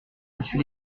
dessus